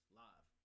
live